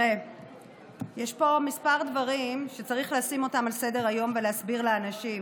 יש פה כמה דברים שצריך לשים אותם על סדר-היום ולהסביר לאנשים.